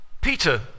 Peter